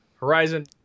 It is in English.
Horizon